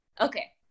Okay